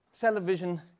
Television